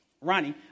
Ronnie